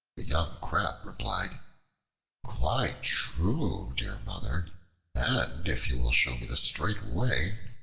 the young crab replied quite true, dear mother and if you will show me the straight way,